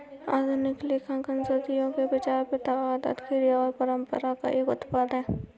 आधुनिक लेखांकन सदियों के विचार, प्रथा, आदत, क्रिया और परंपरा का एक उत्पाद है